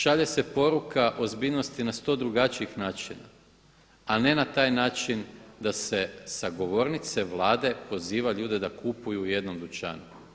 Šalje se poruka ozbiljnosti na sto drugačijih načina, a ne na taj način da se sa govornice Vlade poziva ljude da kupuju u jednom dućanu.